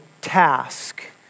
task